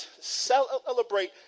celebrate